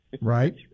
right